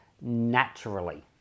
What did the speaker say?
naturally